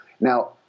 Now –